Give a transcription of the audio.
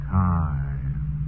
time